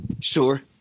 Sure